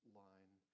line